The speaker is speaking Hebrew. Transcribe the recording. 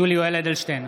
נגד יולי יואל אדלשטיין,